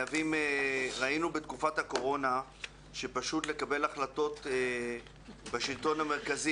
ראינו בתקופת הקורונה שפשוט לקבל החלטות בשלטון המרכזי.